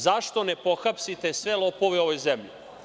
Zašto ne pohapsite sve lopove u ovoj zemlji?